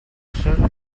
searching